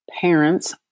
parents